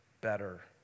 better